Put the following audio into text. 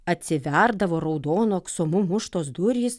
atsiverdavo raudonu aksomu muštos durys